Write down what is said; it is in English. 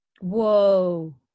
Whoa